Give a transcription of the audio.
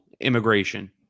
immigration